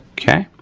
okay,